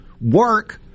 work